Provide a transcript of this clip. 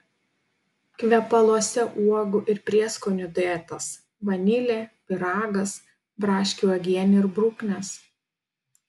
kvepaluose uogų ir prieskonių duetas vanilė pyragas braškių uogienė ir bruknės